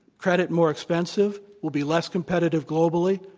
credit more expensive. we'll be less competitive globally,